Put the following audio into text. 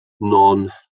non